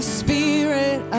spirit